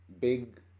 Big